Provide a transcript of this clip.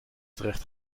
terecht